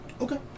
okay